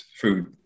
food